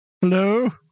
Hello